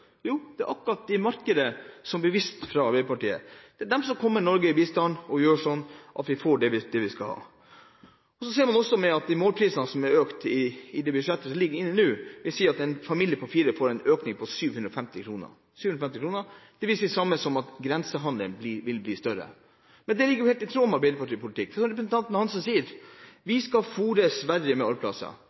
Jo, det er akkurat de markedene som det ble vist til fra Arbeiderpartiet – de kommer Norge til hjelp, og de gjør at vi får det vi skal ha. Økningen i målprisene i det budsjettet som ligger inne nå, vil si at en familie på fire får en økning på 750 kr – det er det samme som å si at grensehandelen vil bli større. Det er jo helt i tråd med Arbeiderpartiets politikk, for representanten Lillian Hansen sier vi skal fôre Sverige med